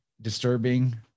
disturbing